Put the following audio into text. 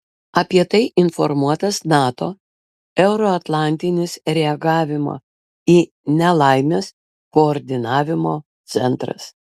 apie tai informuotas nato euroatlantinis reagavimo į nelaimes koordinavimo centras